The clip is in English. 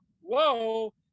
whoa